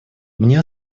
мне